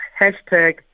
hashtag